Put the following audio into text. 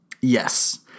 Yes